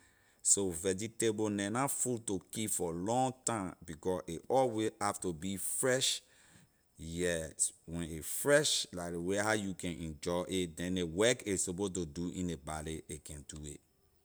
So vegetable neh na food to keep for long time because a always have to be fresh yes when a fresh la ley way how you can enjoy it then ley work a suppose to do in ley body a can do it.